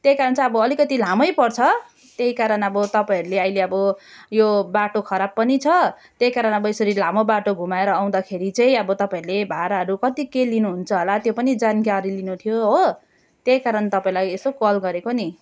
त्यही कारण चाहिँ अब अलिकति लामै पर्छ त्यही कारण अब तपाईँहरूले अहिले अब यो बाटो खराब पनि छ त्यही कारण अब यसरी लामो बाटो घुमाएर आउँदाखेरि चाहिँ अब तपाईँहरूले भाडाहरू कति के लिनु हुन्छ होला त्यो पनि जानकारी लिनु थियो हो त्यही कारण तपाईँलाई यसो कल गरेको नि